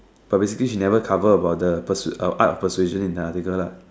but basically she never cover about the pursue art persuasion in the article